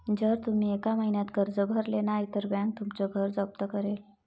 जर तुम्ही एका महिन्यात कर्ज भरले नाही तर बँक तुमचं घर जप्त करेल